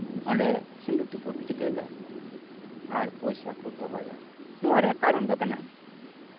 ᱟᱨ ᱚᱸᱰᱮ ᱥᱤᱸᱫᱩᱨ ᱠᱚᱠᱚ ᱴᱤᱠᱟᱹᱜᱟ ᱟᱨ ᱯᱚᱭᱥᱟ ᱠᱚ ᱫᱚᱦᱚᱭᱟ ᱱᱚᱣᱟ ᱨᱮᱭᱟᱜ ᱠᱟᱨᱚᱱ ᱫᱚ ᱠᱟᱱᱟ